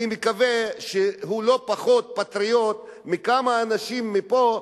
אני מקווה שהוא לא פחות פטריוט מכמה אנשים מפה,